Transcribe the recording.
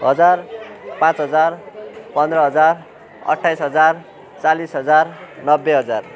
हजार पाँच हजार पन्ध्र हजार अट्ठाइस हजार चालिस हजार नब्बे हजार